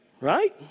Right